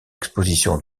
exposition